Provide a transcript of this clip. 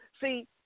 see